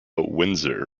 windsor